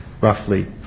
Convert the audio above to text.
roughly